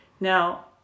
Now